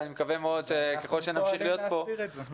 ואני מקווה מאוד שככל שנמשיך להיות פה --- אנחנו הולכים להסדיר את זה.